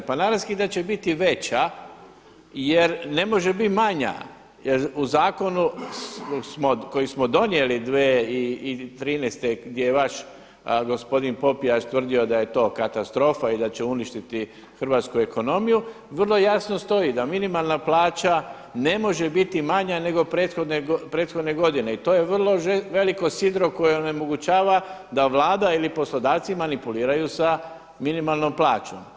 Pa naravski da će biti veća jer ne može biti manja jer u zakonu koji smo donijeli 2013. gdje je vaš gospodin Popijač tvrdio da je to katastrofa i da će uništiti hrvatsku ekonomiju, vrlo jasno stoji da minimalna plaća ne može biti manja nego prethodne godine i to je vrlo veliko sidro koje onemogućava da Vlada ili poslodavci manipuliraju sa minimalnom plaćom.